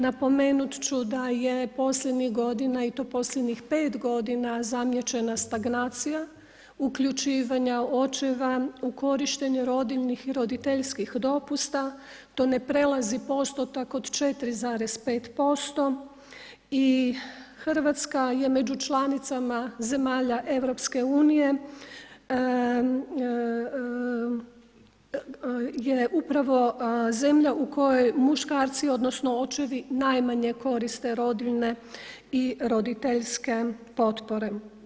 Napomenut ću da je posljednjih godina i to posljednjih 5 godina zamijećena stagnacija uključivanja očeva u korištenje rodiljnih i roditeljskih dopusta, to ne prelazi postotak od 4,5% i Hrvatska je među članicama zemalja EU je upravo zemlja u kojoj muškarci, odnosno očevi najmanje koriste rodiljne i roditeljske potpore.